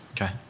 Okay